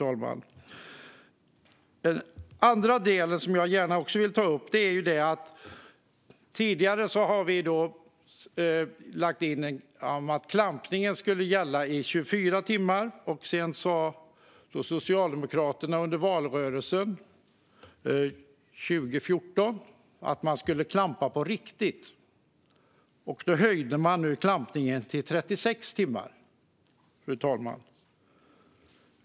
Jag vill gärna också ta upp att Moderaterna tidigare har föreslagit att klampning ska gälla i 24 timmar. Socialdemokraterna sa under valrörelsen 2014 att man skulle klampa på riktigt, och förlängde klampningstiden till 36 timmar.